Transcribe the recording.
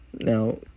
Now